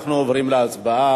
אנחנו עוברים להצבעה.